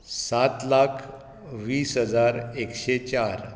सात लाख वीस हजार एकशें चार